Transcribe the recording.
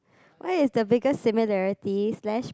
what is the biggest similarity slash